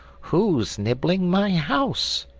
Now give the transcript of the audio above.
who's nibbling my house?